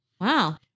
Wow